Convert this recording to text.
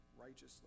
righteously